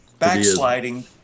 backsliding